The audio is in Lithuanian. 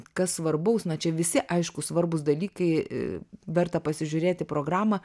kas svarbaus na čia visi aišku svarbūs dalykai verta pasižiūrėt į programą